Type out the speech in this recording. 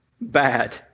bad